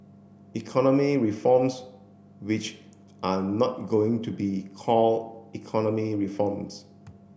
economy reforms which are not going to be called economy reforms